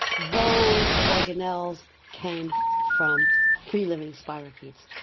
those organelles came from free-living spirochetes.